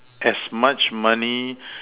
as much money